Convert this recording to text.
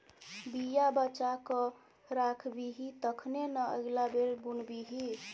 बीया बचा कए राखबिही तखने न अगिला बेर बुनबिही